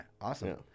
Awesome